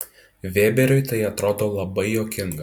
vėberiui tai atrodo labai juokinga